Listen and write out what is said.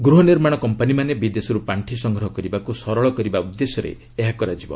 ଗୃହନିର୍ମାଣ କମ୍ପାନୀମାନେ ବିଦେଶରୁ ପାଣ୍ଡି ସଂଗ୍ରହ କରିବାକୁ ସରଳ କରିବା ଉଦ୍ଦେଶ୍ୟରେ ଏହା କରାଯିବ